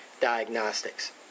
diagnostics